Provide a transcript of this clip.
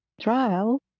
Trial